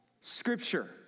scripture